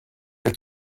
der